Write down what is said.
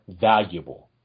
valuable